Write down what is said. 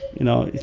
you know,